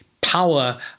power